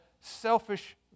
selfish